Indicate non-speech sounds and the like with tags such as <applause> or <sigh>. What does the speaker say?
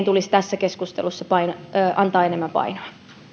<unintelligible> tulisi tässä keskustelussa antaa enemmän painoa